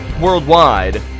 worldwide